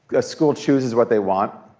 a school chooses what they want.